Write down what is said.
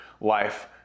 life